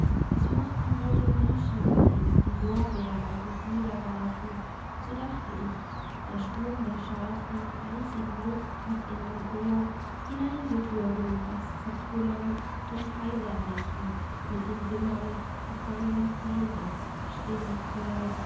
es mochten wohl nur menschen sein die lorbeer auf mich niederwarfen so dachte ich der sturm der scharfen eisigen luft hat in mein ohr hineingegurgelt das zertrümmern von kaiserreichen mit dem wimmern gefangener feinde stimmenchor